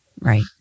right